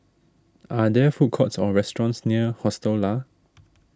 are there food courts or restaurants near Hostel Lah